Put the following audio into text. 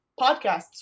podcasts